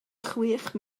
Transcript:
chwech